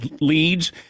leads